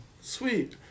sweet